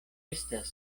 estas